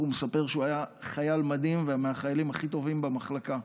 מספר שהוא היה חייל מדהים ומהחיילים הכי טובים במחלקה.